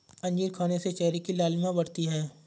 अंजीर खाने से चेहरे की लालिमा बढ़ती है